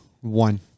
one